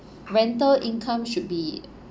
rental income should be